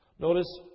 Notice